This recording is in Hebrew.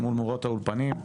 מול מורות האולפנים.